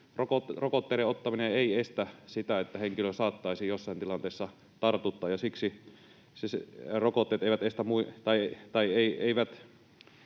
rokotteiden ottaminen ei estä sitä, että henkilö saattaisi jossain tilanteessa tartuttaa, ja siksi edelleen tarvitaan muitakin